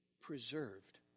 preserved